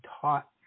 taught